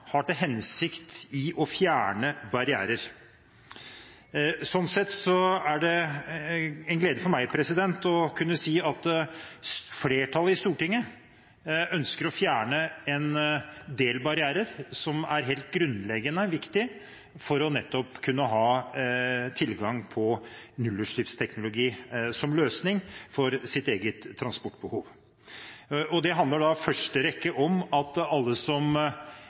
har til hensikt å fjerne barrierer. Slik sett er det en glede for meg å kunne si at stortingsflertallet ønsker å fjerne en del barrierer som er helt grunnleggende viktig for nettopp det å kunne ha tilgang på nullutslippsteknologi som løsning for sitt eget transportbehov, og det handler i første rekke om at alle som